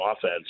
offense